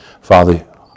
Father